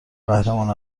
قهرمان